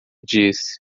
disse